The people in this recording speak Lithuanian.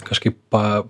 kažkaip pa